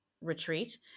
retreat